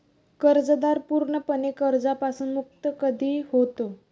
कर्जदार पूर्णपणे कर्जापासून मुक्त कधी होतो?